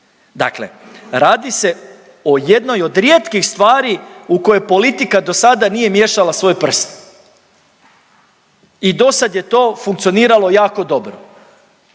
Dakle, radi se o jednoj od rijetkih stvari u koje politika dosada nije miješala svoje prste i dosad je to funkcioniralo jako dobro,